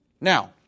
Now